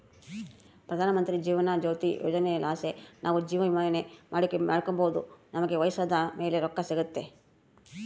ಪ್ರಧಾನಮಂತ್ರಿ ಜೀವನ ಜ್ಯೋತಿ ಯೋಜನೆಲಾಸಿ ನಾವು ಜೀವವಿಮೇನ ಮಾಡಿಕೆಂಬೋದು ನಮಿಗೆ ವಯಸ್ಸಾದ್ ಮೇಲೆ ರೊಕ್ಕ ಸಿಗ್ತತೆ